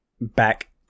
back